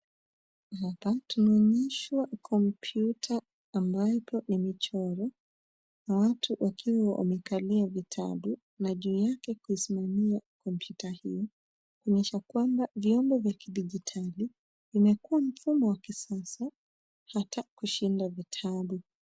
Hapa tunaonyesha kompyuta ambapo ya michoro ya watu wakiwa wamekalia vitabu na juu yake kuisimamia kompyuta hii kuonyesha kwamba vyombo vya kidigitali imekuwa mfumo wa kisasa hata kushinda vitabu.